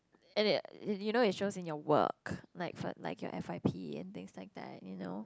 and it and you know it shows in your work like for like your F_Y_P and things like that you know